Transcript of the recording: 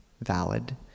valid